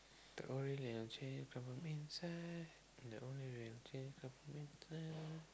don't really unchain from inside don't really unchain from inside